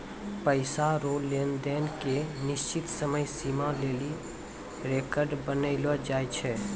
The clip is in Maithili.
पैसा रो लेन देन के निश्चित समय सीमा लेली रेकर्ड बनैलो जाय छै